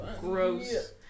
Gross